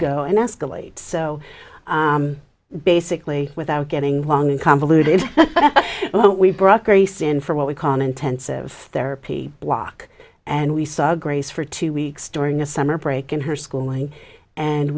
go and escalate so basically without getting long and convoluted we brought grace in for what we call an intensive therapy block and we saw grace for two weeks during a summer break in her schooling and